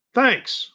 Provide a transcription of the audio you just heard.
thanks